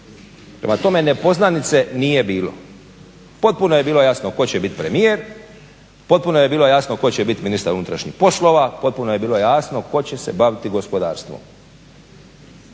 Prema tome nepoznanice nije bilo. Potpuno je bilo jasno tko će biti premijer, potpuno je bilo jasno tko će biti ministar unutarnjih poslova, potpuno je bilo jasno tko će se baviti gospodarstvom.